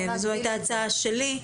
וזו הייתה הצעה שלי,